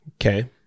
Okay